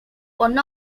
one